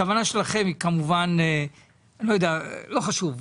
הכוונה שלכם היא, כמובן, לא יודע, לא חשוב.